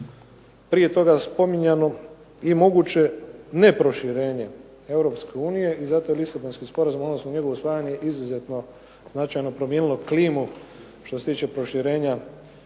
prije toga spominjano i moguće neproširenje Europske unije. I zato je Lisabonski sporazum odnosno njegovo usvajanje izuzetno značajno promijenilo klimu što se tiče proširenja i stvaranja